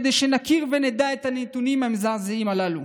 כדי שנכיר ונדע את הנתונים המזעזעים הללו.